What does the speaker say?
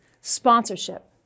Sponsorship